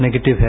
negative है